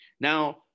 Now